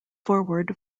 forward